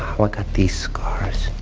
got these scars?